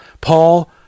paul